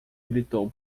gritou